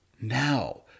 now